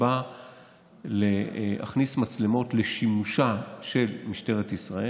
שבאה להכניס מצלמות לשימושה של משטרת ישראל.